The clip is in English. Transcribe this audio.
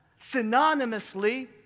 synonymously